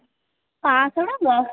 ପାଞ୍ଚଶହ ଟଙ୍କା